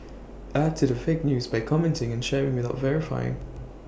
add to the fake news by commenting and sharing without verifying